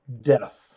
death